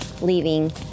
leaving